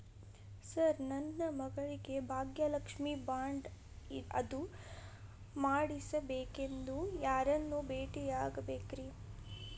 Sir ನನ್ನ ಮಗಳಿಗೆ Bhagyalakshmi bond ಅದು ಮಾಡಿಸಬೇಕೆಂದು ಯಾರನ್ನ ಭೇಟಿಯಾಗಬೇಕ್ರಿ?